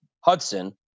Hudson